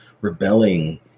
rebelling